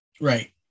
Right